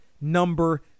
number